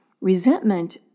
resentment